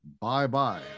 Bye-bye